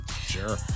Sure